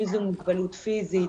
אם זו מוגבלות פיסית,